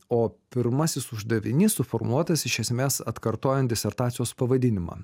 o pirmasis uždavinys suformuotas iš esmės atkartojant disertacijos pavadinimą